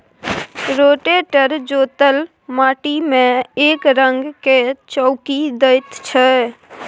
rotator जोतल माटि मे एकरंग कए चौकी दैत छै